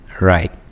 Right